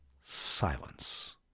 silence